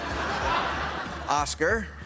Oscar